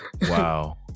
wow